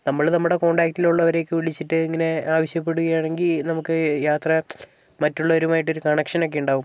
നമ്മൾ നമ്മുടെ കോൺടാക്ടിൽ ഉള്ളവരെയൊക്കെ വിളിച്ചിട്ട് ഇങ്ങനെ ആവശ്യപ്പെടുകയാണെങ്കിൽ നമുക്ക് യാത്ര മറ്റുള്ളവരുമായിട്ട് ഒരു കണക്ഷനൊക്കെ ഉണ്ടാകും